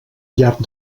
llarg